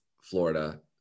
Florida